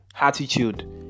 attitude